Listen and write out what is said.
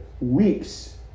Weeks